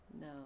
no